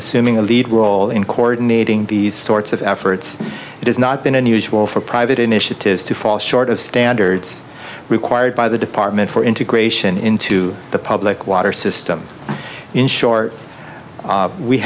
assuming a lead role in court needing these sorts of efforts it has not been unusual for private initiatives to fall short of standards required by the department for integration into the public water system in short